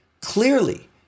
Clearly